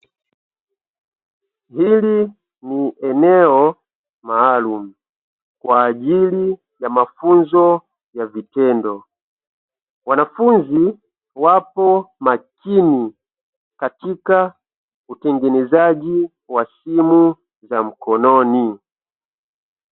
Hili ni eneo maalumu kwa ajili ya mafunzo ya vitendo, wanafunzi wapo makini katika utengenezaji wa simu za mkononi.